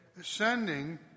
ascending